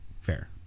fair